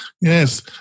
Yes